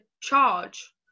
charge